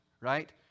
right